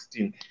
2016